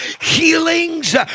Healings